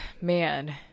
man